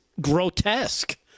grotesque